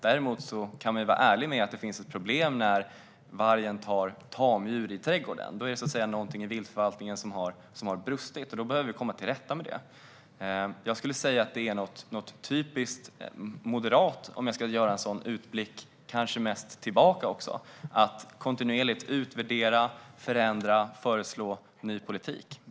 Däremot kan vi vara ärliga med att det finns ett problem när vargen tar tamdjur i trädgårdar. Då är det något i viltförvaltningen som har brustit, och då behöver vi komma till rätta med det. Jag skulle säga att det är något typiskt moderat, om jag ska göra en utblick kanske mest tillbaka, att kontinuerligt utvärdera, förändra och föreslå ny politik.